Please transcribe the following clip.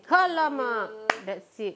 !alamak! that's it